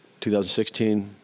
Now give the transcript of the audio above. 2016